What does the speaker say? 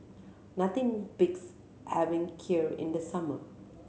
nothing beats having Kheer in the summer